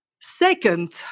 Second